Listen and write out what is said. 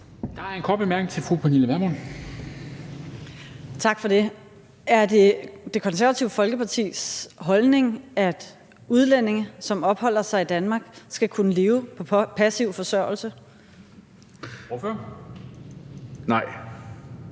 Pernille Vermund. Kl. 20:04 Pernille Vermund (NB): Tak for det. Er det Det Konservative Folkepartis holdning, at udlændinge, som opholder sig i Danmark, skal kunne leve på passiv forsørgelse? Kl.